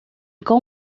cão